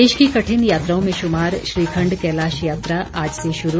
देश की कठिन यात्राओं में शुमार श्रीखण्ड कैलाश यात्रा आज से शुरू